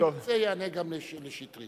אם ירצה, יענה גם לחבר הכנסת שטרית.